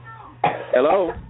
Hello